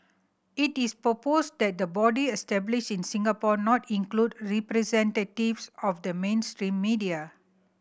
it is proposed that the body established in Singapore not include representatives of the mainstream media